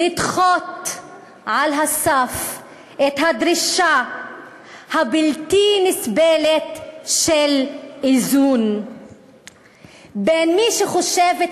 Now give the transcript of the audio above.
לדחות על הסף את הדרישה הבלתי-נסבלת של איזון בין מי שחושב את